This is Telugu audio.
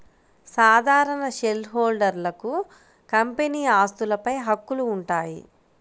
సాధారణ షేర్హోల్డర్లకు కంపెనీ ఆస్తులపై హక్కులు ఉంటాయి